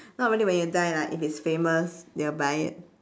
not really when you die lah if it's famous they'll buy it